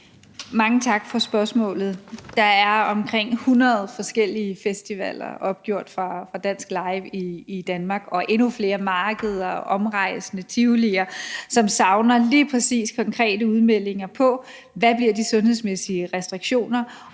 Mange tak for spørgsmålet. Der er omkring 100 forskellige festivaler opgjort af Dansk Live i Danmark og endnu flere markeder og omrejsende tivolier, som lige præcis savner konkrete udmeldinger på: Hvad bliver de sundhedsmæssige restriktioner?